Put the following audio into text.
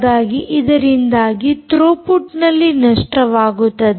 ಹಾಗಾಗಿ ಇದರಿಂದಾಗಿ ಥ್ರೋಪುಟ್ ನಲ್ಲಿ ನಷ್ಟವಾಗುತ್ತದೆ